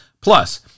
Plus